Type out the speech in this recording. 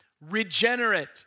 regenerate